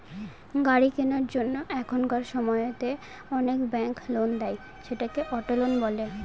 গাড়ি কেনার জন্য এখনকার সময়তো অনেক ব্যাঙ্ক লোন দেয়, সেটাকে অটো লোন বলে